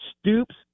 Stoops